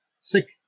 sick